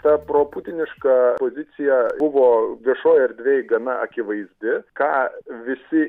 ta proputiniška pozicija buvo viešoj erdvėj gana akivaizdi ką visi